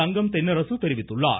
தங்கம் தென்னரசு தெரிவித்துள்ளார்